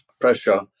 pressure